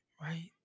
Right